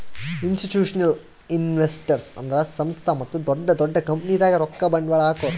institutional investors ಅಂದ್ರ ಸಂಸ್ಥಾ ಮತ್ತ್ ದೊಡ್ಡ್ ದೊಡ್ಡ್ ಕಂಪನಿದಾಗ್ ರೊಕ್ಕ ಬಂಡ್ವಾಳ್ ಹಾಕೋರು